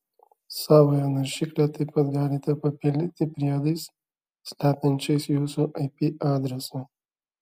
savąją naršyklę taip pat galite papildyti priedais slepiančiais jūsų ip adresą